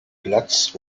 platz